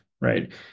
right